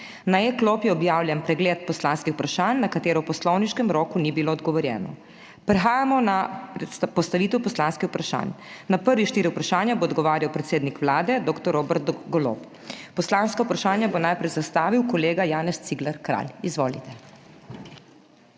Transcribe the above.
Na e-klopi je objavljen pregled poslanskih vprašanj, na katera v poslovniškem roku ni bilo odgovorjeno. Prehajamo na postavitev poslanskih vprašanj. Na prva štiri vprašanja bo odgovarjal predsednik Vlade dr. Robert Golob. Poslanska vprašanja bo najprej zastavil kolega Janez Cigler Kralj. Izvolite.